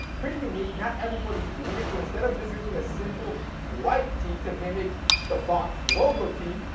pretty unique, not everybody's doing it, so instead of just using a simple white tee to mimic the box logo tee,